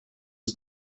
was